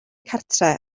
cartref